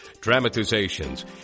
dramatizations